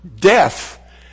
death